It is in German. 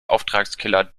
auftragskiller